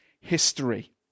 history